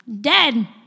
dead